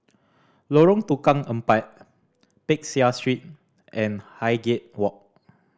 Lorong Tukang Empat Peck Seah Street and Highgate Walk